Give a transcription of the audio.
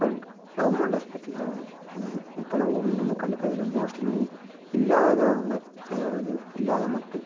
but government ஹாஸ்பெட்டலில் ம்ஹும் இப்போல்லாம் ஒன்றுமே கண்டுக்கறதில்லை மோஸ்ட்லி இல்லாதவங்க அதாவது இல்லாத மக்கள்